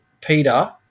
Peter